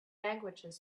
languages